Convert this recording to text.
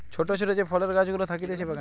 ছোট ছোট যে ফলের গাছ গুলা থাকতিছে বাগানে